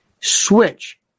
Switch